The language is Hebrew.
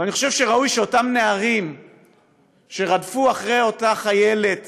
אבל אני חושב שראוי שאותם נערים שרדפו אחרי אותה חיילת